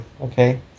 okay